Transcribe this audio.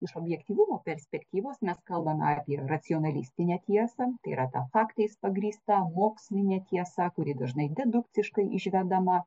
iš objektyvumo perspektyvos mes kalbame apie racionalistinę tiesą yra ta faktais pagrįsta mokslinė tiesa kuri dažnai dedukciškai išvedama